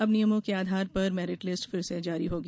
अब नियमों के आधार पर मेरिट लिस्ट फिर से जारी होगी